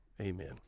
Amen